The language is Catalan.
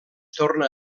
torna